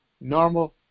normal